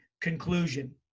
conclusion